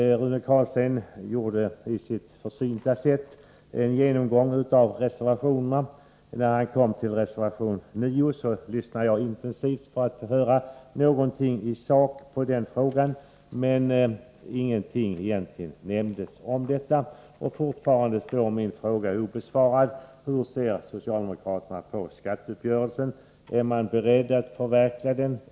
Rune Carlstein gjorde på sitt försynta sätt en genomgång av reservationerna. När han kom till reservation 9, lyssnade jag intensivt för att höra vad han hade att säga, men i sak nämndes ingenting. Fortfarande står mina frågor obesvarade: Hur ser socialdemokraterna på skatteuppgörelsen? Är man beredd att förverkliga den?